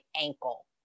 ankle